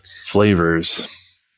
Flavors